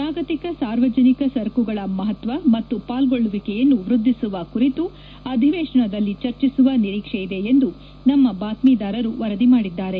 ಜಾಗತಿಕ ಸಾರ್ವಜನಿಕ ಸರಕುಗಳ ಮಹತ್ವ ಮತ್ತು ಪಾಲ್ಗೊಳ್ಳುವಿಕೆಯನ್ನು ವ್ಯದ್ಧಿಸುವ ಕುರಿತು ಅಧಿವೇಶನದಲ್ಲಿ ಚರ್ಚಿಸುವ ನಿರೀಕ್ಷೆ ಇದೆ ಎಂದು ನಮ್ಮ ಬಾತ್ತೀದಾರರು ವರದಿ ಮಾಡಿದಾರೆ